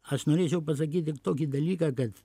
aš norėčiau pasakyti tokį dalyką kad